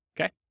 okay